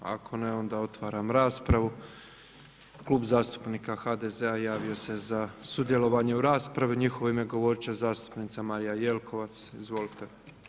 Ako ne, onda otvaram raspravu, Klub zastupnika HDZ-a javi se za sudjelovanje u raspravi i u njihovo ime govoriti će zastupnica Marija Jelkovac, izvolite.